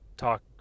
Talk